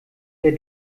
der